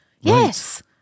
Yes